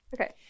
Okay